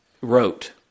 wrote